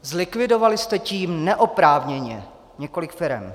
Zlikvidovali jste tím neoprávněně několik firem.